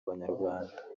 abanyarwanda